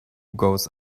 goes